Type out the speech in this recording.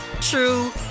true